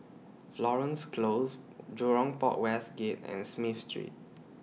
Florence Close Jurong Port West Gate and Smith Street